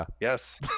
yes